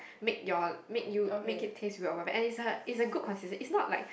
make your make you make it taste well and is a good consists is not like